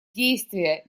действия